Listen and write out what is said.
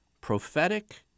prophetic